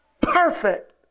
Perfect